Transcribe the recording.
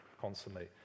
constantly